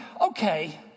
okay